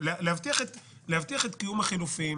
להבטיח את קיום החילופים